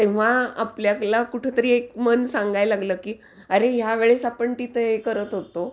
तेव्हा आपल्याला कुठंतरी एक मन सांगाय लागलं की अरे ह्यावेळेस आपण तिथं हे करत होतो